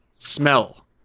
Smell